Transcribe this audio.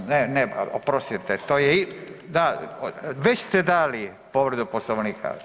Ne, oprostite, to je, da, već ste dali povredu Poslovnika.